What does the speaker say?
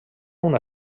una